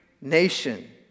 nation